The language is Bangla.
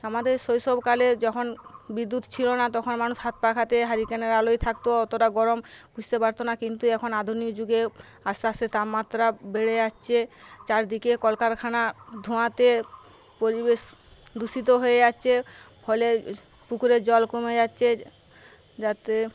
আমাদের শৈশবকালে যখন বিদ্যুৎ ছিল না তখন মানুষ হাতপাখাতে হ্যারিকেনের আলোয় থাকত অতটা গরম বুঝতে পারতো না কিন্তু এখন আধুনিক যুগে আস্তে আস্তে তাপমাত্রা বেড়ে যাচ্ছে চারদিকে কলকারখানা ধোঁয়াতে পরিবেশ দূষিত হয়ে যাচ্ছে ফলে পুকুরের জল কমে যাচ্ছে যাতে